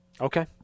okay